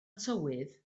tywydd